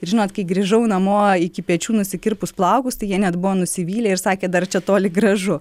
ir žinot kai grįžau namo iki pečių nusikirpus plaukus tai jie net buvo nusivylę ir sakė dar čia toli gražu